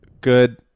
good